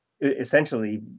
essentially